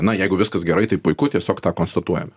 na jeigu viskas gerai tai puiku tiesiog tą konstatuojame